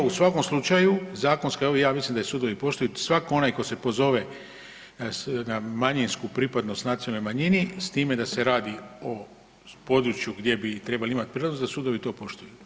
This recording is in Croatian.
U svakom slučaj zakonske evo ja mislim da ih sudovi poštuju, svako onaj tko se pozove na manjinsku pripadnost nacionalnoj manjini s time da se radi o području gdje bi trebali imati … [[ne razumije se]] da sudovi to poštuju.